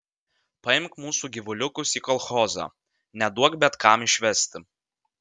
paimk mūsų gyvuliukus į kolchozą neduok bet kam išvesti